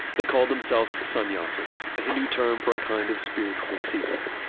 they called themselves sannyasins, a hindu term for a kind of spiritual seeker.